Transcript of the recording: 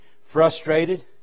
frustrated